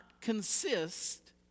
consist